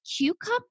cucumber